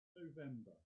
november